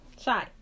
Shy